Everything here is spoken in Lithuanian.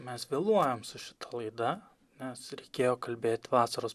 mes vėluojam su šita laida nes reikėjo kalbėt vasaros